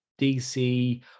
DC